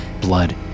blood